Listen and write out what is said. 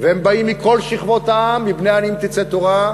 והם באים מכל שכבות העם, מבני עניים תצא תורה,